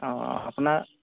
অ আপোনাৰ